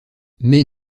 mais